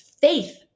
faith